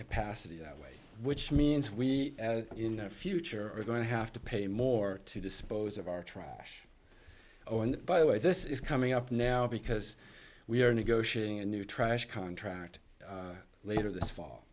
capacity that way which means we in the future are going to have to pay more to dispose of our trash oh and by the way this is coming up now because we are negotiating a new trash contract later this fall